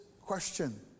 question